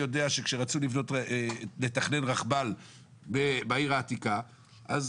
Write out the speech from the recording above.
יודע שכשרצו לתכנן רכבל בעיר העתיקה אז